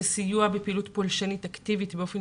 סיוע בפעילות פולשנית אקטיבית באופן